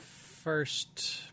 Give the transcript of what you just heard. First